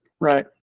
Right